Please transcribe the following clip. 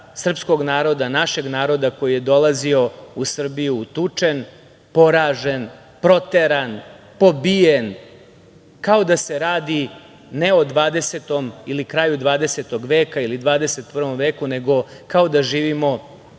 srpskog naroda, našeg naroda, koji je dolazio u Srbiju utučen, poražen, proteran, pobijen, kao da se radi ne o 20. ili kraju 20. veka ili 21. veku, nego kao da živimo